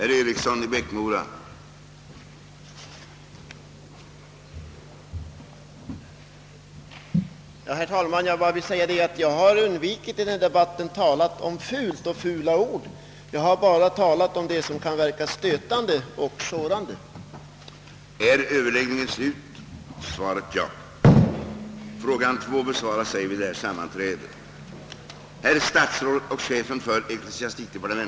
Herr talman! Jag vill endast säga att jag i denna debatt undvikit att tala om fult och fula ord. Jag har endast talat om det som på allmänheten kan verka stötande och sårande. Jag beklagar det negativa svaret.